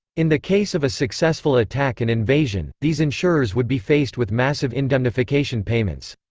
in the case of a successful attack and invasion, these insurers would be faced with massive indemnification payments.